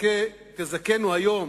שתזכנו היום